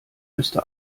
müsste